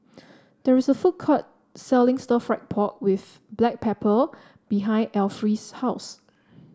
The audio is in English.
there is a food court selling stir fry pork with Black Pepper behind Alfie's house